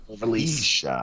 release